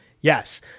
Yes